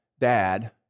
Dad